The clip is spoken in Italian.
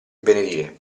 benedire